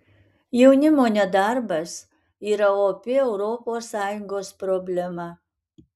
jaunimo nedarbas yra opi europos sąjungos problema